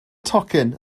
tocyn